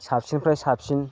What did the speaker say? साबसिननिफ्राय साबसिन